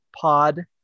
Pod